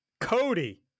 cody